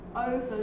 over